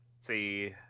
see